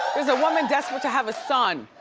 there's a woman desperate to have a son.